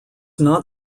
not